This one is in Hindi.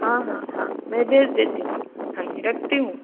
हाँ हाँ हाँ मैं भेज देता हूँ हाँ जी मैं रखती हूँ